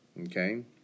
okay